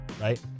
right